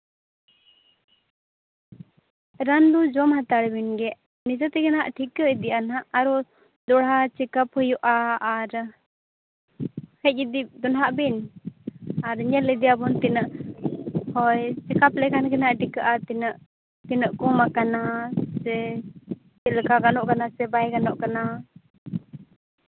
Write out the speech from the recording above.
ᱨᱟᱱ ᱫᱚ ᱡᱚᱢ ᱦᱟᱛᱟᱲ ᱵᱤᱱ ᱜᱮ ᱱᱤᱡᱮ ᱛᱮᱜᱮ ᱦᱟᱸᱜ ᱴᱷᱤᱠᱟᱹ ᱤᱫᱤᱜᱼᱟ ᱦᱟᱸᱜ ᱟᱨᱚ ᱫᱚᱲᱦᱟ ᱪᱮᱠᱟᱯ ᱦᱩᱭᱩᱜᱼᱟ ᱟᱨ ᱦᱮᱡᱽ ᱤᱫᱤᱜ ᱫᱚ ᱱᱟᱜ ᱵᱤᱱ ᱟᱨ ᱧᱮᱞ ᱤᱫᱤᱭᱟᱵᱚᱱ ᱛᱤᱱᱟᱹᱜ ᱦᱳᱭ ᱪᱮᱠᱟᱯ ᱞᱮᱠᱷᱟᱱ ᱜᱮ ᱱᱟᱜ ᱴᱷᱤᱠᱟᱹᱜᱼᱟ ᱛᱤᱱᱟᱹᱜ ᱠᱚᱢᱟᱠᱟᱱᱟ ᱥᱮ ᱪᱮᱫᱞᱮᱠᱟ ᱜᱟᱱᱚᱜ ᱠᱟᱱᱟ ᱥᱮ ᱵᱟᱭ ᱜᱟᱱᱚᱜ ᱠᱟᱱᱟ